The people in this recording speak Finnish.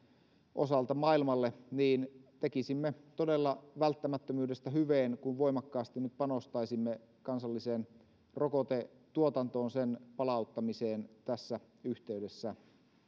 osalta niin tekisimme todella välttämättömyydestä hyveen kun voimakkaasti nyt panostaisimme kansalliseen rokotetuotantoon sen palauttamiseen tässä yhteydessä